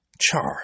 Charge